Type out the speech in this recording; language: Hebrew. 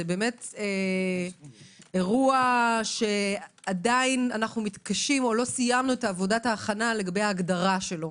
באמת אירוע שעדיין אנו מתקשים או לא סיימנו את עבודת ההכנה לגבי הגדרתו.